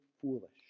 foolish